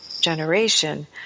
generation